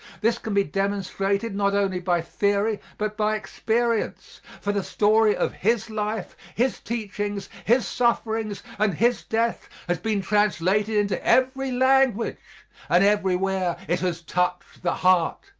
this can be demonstrated not only by theory but by experience, for the story of his life, his teachings, his sufferings and his death has been translated into every language and everywhere it has touched the heart.